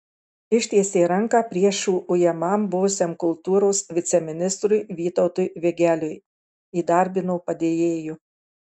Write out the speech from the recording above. ištiesė ranką priešų ujamam buvusiam kultūros viceministrui vytautui vigeliui įdarbino padėjėju